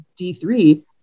D3